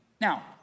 Now